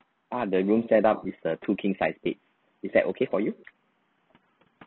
ah the room set up with the two king sized bed is that okay for you